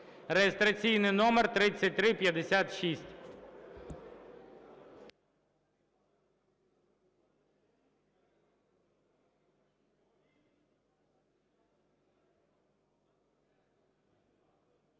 (реєстраційний номер 3356).